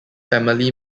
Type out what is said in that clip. family